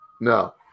no